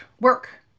work